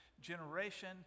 generation